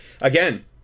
Again